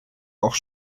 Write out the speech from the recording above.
auch